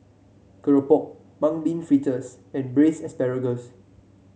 keropok Mung Bean Fritters and Braised Asparagus